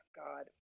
god